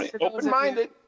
Open-minded